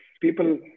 people